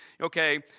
Okay